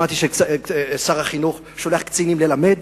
שמעתי ששר החינוך שולח קצינים ללמד.